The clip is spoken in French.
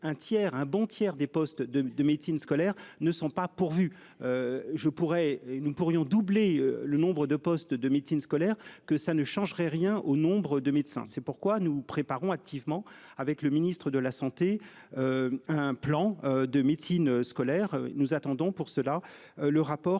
un bon tiers des postes de de médecine scolaire ne sont pas pourvus. Je pourrais nous pourrions doubler le nombre de postes de médecine scolaire que ça ne changerait rien au nombre de médecins. C'est pourquoi nous préparons activement avec le ministre de la Santé. Un plan de médecine scolaire. Nous attendons pour cela. Le rapport